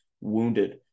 wounded